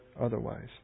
otherwise